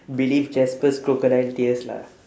believed jasper's crocodile tears lah